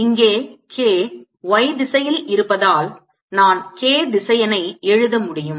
இங்கே K y திசையில் இருப்பதால் நான் K திசையனை எழுத முடியும்